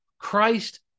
Christ